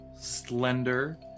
slender